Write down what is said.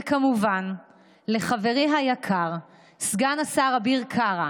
וכמובן לחברי היקר סגן השר אביר קארה,